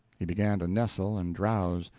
he began to nestle and drowse,